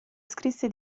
scrisse